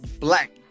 black